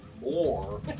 more